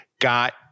got